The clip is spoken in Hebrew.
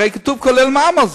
הרי כתוב על זה כולל מע"מ,